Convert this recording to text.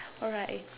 alright